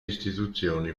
istituzioni